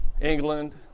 England